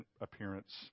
appearance